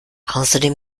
außerdem